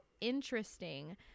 interesting